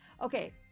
Okay